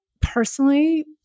Personally